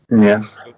Yes